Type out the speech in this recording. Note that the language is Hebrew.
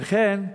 וכן,